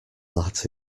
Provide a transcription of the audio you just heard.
that